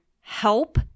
help